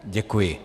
Děkuji.